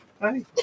Hi